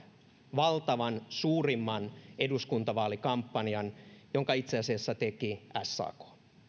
valtavan suurimman eduskuntavaalikampanjan jonka itse asiassa teki sak